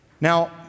Now